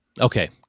Okay